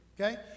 okay